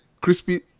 crispy